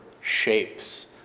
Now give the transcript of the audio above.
shapes